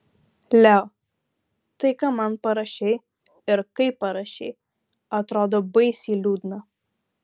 leo tai ką man parašei ir kaip parašei atrodo baisiai liūdna